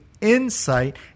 insight